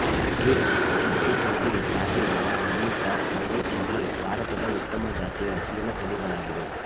ಗಿರ್, ಕೆಂಪು ಸಿಂಧಿ, ಸಾಹಿವಾಲ, ಹಳ್ಳಿಕಾರ್, ಅಮೃತ್ ಮಹಲ್, ಭಾರತದ ಉತ್ತಮ ಜಾತಿಯ ಹಸಿವಿನ ತಳಿಗಳಾಗಿವೆ